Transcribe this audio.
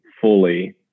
fully